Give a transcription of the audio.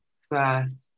first